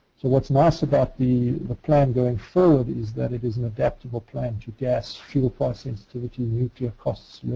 so what's nice about the the plan going forward is that it is an adaptable plan to gas, fuel price sensitivity, nuclear costs